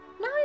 now